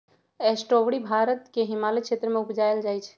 strawberry Bharat के हिमालय क्षेत्र में उपजायल जाइ छइ